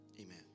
amen